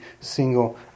single